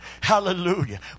Hallelujah